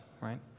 right